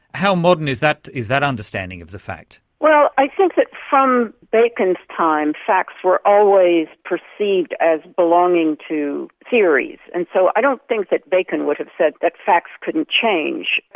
how modern is that is that understanding of the fact? well, i think that from bacon's time, facts were always perceived as belonging to theories, and so i don't think that bacon would have said that facts couldn't change,